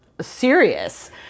serious